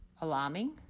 alarming